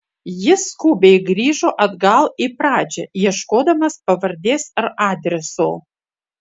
jis skubiai grįžo atgal į pradžią ieškodamas pavardės ar adreso